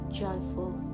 joyful